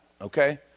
okay